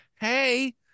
Hey